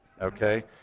Okay